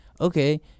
okay